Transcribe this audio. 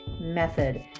Method